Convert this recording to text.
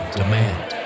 demand